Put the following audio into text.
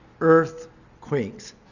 earthquakes